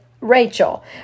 Rachel